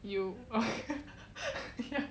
you ya